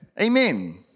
Amen